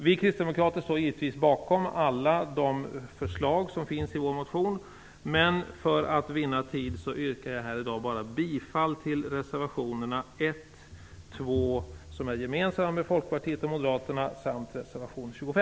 Vi kristdemokrater står givetvis bakom alla de förslag som finns i vår motion, men för att vinna tid yrkar jag här i dag bifall endast till reservationerna 1 och 2, som är gemensamma för oss, Folkpartiet och